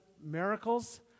miracles